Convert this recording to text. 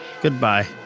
Goodbye